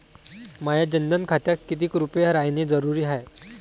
माह्या जनधन खात्यात कितीक रूपे रायने जरुरी हाय?